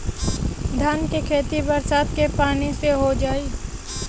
धान के खेती बरसात के पानी से हो जाई?